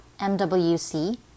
MWC